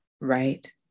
Right